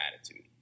attitude